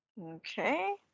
Okay